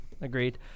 Agreed